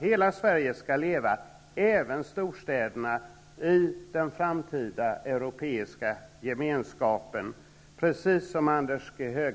Hela Sverige skall leva, även storstäderna, i den framtida europeiska gemenskapen, precis som Anders G